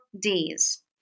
days